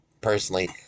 Personally